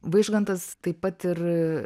vaižgantas taip pat ir